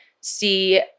see